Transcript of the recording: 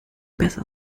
besser